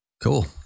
Cool